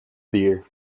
dear